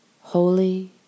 holy